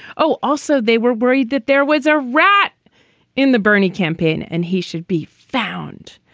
oh, also, they were worried that there was a rat in the bernie campaign and he should be found.